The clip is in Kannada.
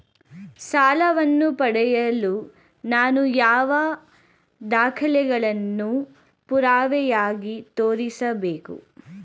ಸಾಲವನ್ನು ಪಡೆಯಲು ನಾನು ಯಾವ ದಾಖಲೆಗಳನ್ನು ಪುರಾವೆಯಾಗಿ ತೋರಿಸಬೇಕು?